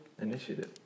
Initiative